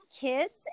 kids